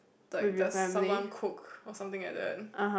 like does someone cook or something like that